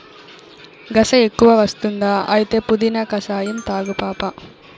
గస ఎక్కువ వస్తుందా అయితే పుదీనా కషాయం తాగు పాపా